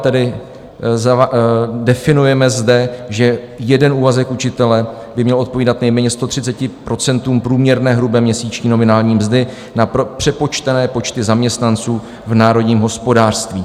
Tedy definujeme zde, že jeden úvazek učitele by měl odpovídat nejméně 130 procentům průměrné hrubé měsíční nominální mzdy na přepočtené počty zaměstnanců v národním hospodářství.